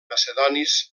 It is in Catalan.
macedonis